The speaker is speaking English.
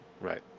Right